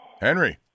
Henry